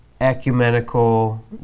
ecumenical